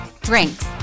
drinks